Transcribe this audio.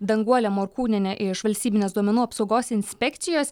danguolė morkūnienė iš valstybinės duomenų apsaugos inspekcijos